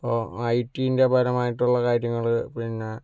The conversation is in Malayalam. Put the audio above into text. ഇപ്പോൾ ഐ ടിൻ്റെ പരമായിട്ടുള്ള കാര്യങ്ങൾ പിന്നെ